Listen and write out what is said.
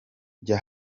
iyo